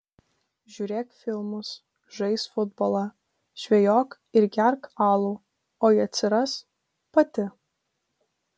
žiūrėk filmus žaisk futbolą žvejok ir gerk alų o ji atsiras pati